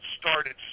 started